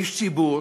איש ציבור,